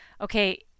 okay